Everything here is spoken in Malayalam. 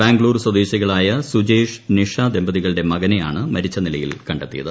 ബാംഗ്ലൂർ സ്ദേശികളായ സുജേഷ് നിഷ ദമ്പതികളുടെ മകനെയാണ്ട് ്മരിച്ച് നിലയിൽ കണ്ടെത്തിയത്